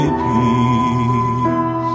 peace